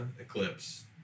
eclipse